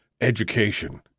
education